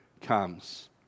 comes